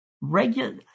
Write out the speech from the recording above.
regular